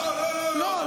לא, לא, לא.